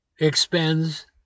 expends